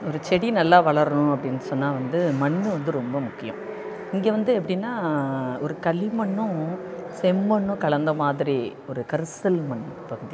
ஒரு செடி நல்லா வளரணும் அப்படின்னு சொன்னால் வந்து மண் வந்து ரொம்ப முக்கியம் இங்கே வந்து எப்படின்னா ஒரு களிமண்ணும் செம்மண்ணும் கலந்த மாதிரி ஒரு கரிசல் மண் பகுதி